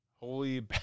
Holy